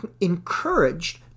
encouraged